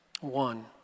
One